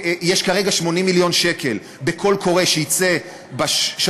יש כרגע 80 מיליון שקל בקול קורא שיצא בשבועות